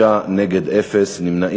6, אין מתנגדים, אין נמנעים.